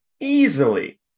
easily